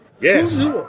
Yes